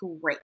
great